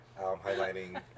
highlighting